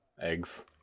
Eggs